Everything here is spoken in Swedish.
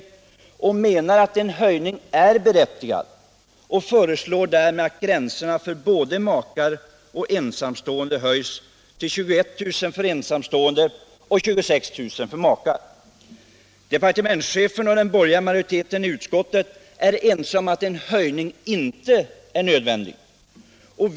Styrelsen menar att en höjning är berättigad och föreslår att gränserna höjs till 21 000 kr. för ensamstående och 26 000 kr. för makar. Departementschefen och den borgerliga majoriteten i utskottet är ense om att en höjning för ensamstående inte är berättigad.